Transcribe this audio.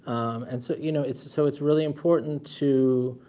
and so, you know, it's so it's really important to